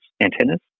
antennas